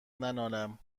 ننالم